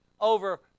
Over